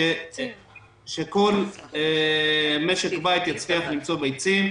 שכל משק בית יצליח למצוא ביצים.